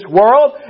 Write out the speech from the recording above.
world